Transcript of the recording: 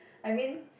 I mean